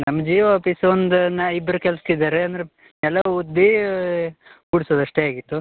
ನಮ್ಮ ಜಿಯೋ ಆಪೀಸ್ ಒಂದು ನಾ ಇಬ್ರು ಕೆಲ್ಸಕ್ಕೆ ಇದ್ದಾರೆ ಅಂದರೆ ನೆಲ ಉದ್ದೀ ಗುಡ್ಸೋದು ಅಷ್ಟೇ ಆಗಿತ್ತು